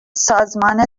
سازمان